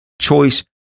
choice